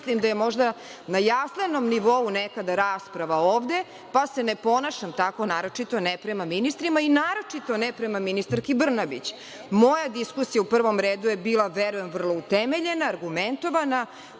mislim da je možda na jaslenom nivou nekada rasprava ovde, pa se ne ponašam tako, naročito ne prema ministrima i naročito ne prema ministarki Brnabić. Moja diskusija u prvom redu je bila, verujem, vrlo utemeljena, argumentovana,